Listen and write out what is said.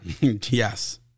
Yes